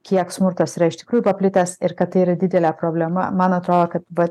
kiek smurtas yra iš tikrųjų paplitęs ir kad tai yra didelė problema man atrodo kad va